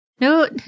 no